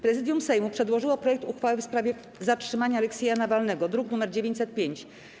Prezydium Sejmu przedłożyło projekt uchwały w sprawie zatrzymania Aleksieja Nawalnego, druk nr 905.